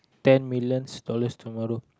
ten millions dollars tomorrow